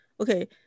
okay